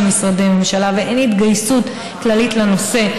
משרדי ממשלה ואין התגייסות כללית לנושא,